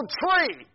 tree